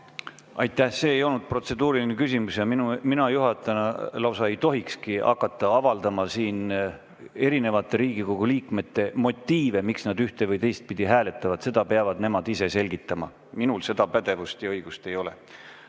Aitäh! See ei olnud protseduuriline küsimus ja mina juhatajana lausa ei tohikski hakata avaldama arvamust erinevate Riigikogu liikmete motiivide kohta, miks nad ühte- või teistpidi hääletavad. Seda peavad nemad ise selgitama. Minul seda pädevust ja õigust ei ole.